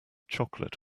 chocolate